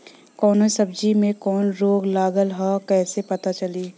कौनो सब्ज़ी में कवन रोग लागल ह कईसे पता चली?